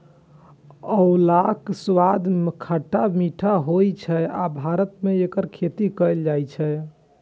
आंवलाक स्वाद खट्टा मीठा होइ छै आ भारत मे एकर खेती कैल जाइ छै